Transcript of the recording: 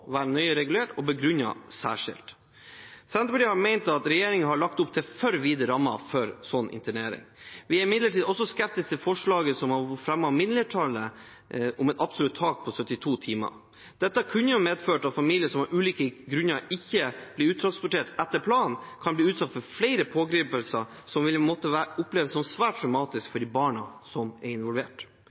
være nøye regulert og begrunnet særskilt. Senterpartiet har ment at regjeringen har lagt opp til for vide rammer for slik internering. Vi er imidlertid også skeptiske til forslaget som har blitt fremmet av mindretallet, om et absolutt tak på 72 timer. Dette kan jo medføre at familier som av ulike grunner ikke blir uttransportert etter planen, kan bli utsatt for flere pågripelser, som vil måtte oppleves som svært dramatisk for de barna som er involvert.